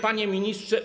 Panie Ministrze!